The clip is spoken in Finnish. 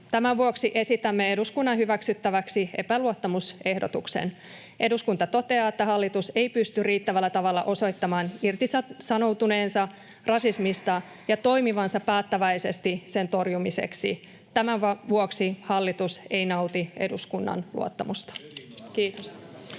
Tämän vuoksi esitämme eduskunnan hyväksyttäväksi epäluottamusehdotuksen: ”Eduskunta toteaa, että hallitus ei pysty riittävällä tavalla osoittamaan irtisanoutuneensa rasismista ja toimivansa päättäväisesti sen torjumiseksi. Tämän vuoksi hallitus ei nauti eduskunnan luottamusta.” — Kiitos.